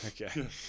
Okay